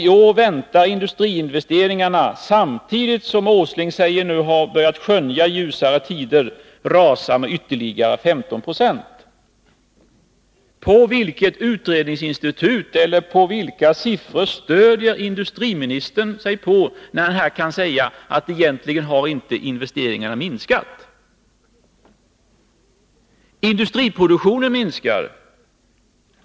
I år väntas industriinvesteringarna, samtidigt som herr Åsling säger sig ha börjat skönja ljusare tider, rasa med ytterligare 143 15 Ze. På vilket utredningsinstitut eller på vilka uppgifter stöder industriministern sig, när han här påstår att investeringarna egentligen inte har minskat? Industriproduktionen minskar.